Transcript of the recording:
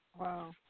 Wow